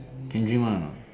can drink one or not